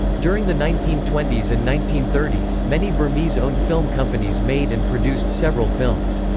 during the nineteen twenty s and nineteen thirty s, many burmese-owned film companies made and produced several films.